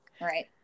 right